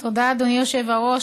תודה, אדוני היושב-ראש.